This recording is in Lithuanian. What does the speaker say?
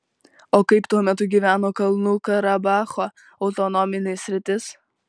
o kaip tuo metu gyveno kalnų karabacho autonominė sritis